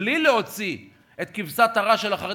בלי להוציא את כבשת הרש של החרדים,